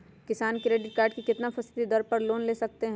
किसान credit card कितना फीसदी दर पर लोन ले सकते हैं?